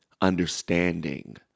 understanding